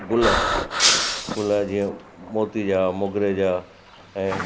गुल गुल जीअं मोती जा मोगरे जा ऐं